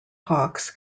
hawkes